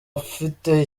afite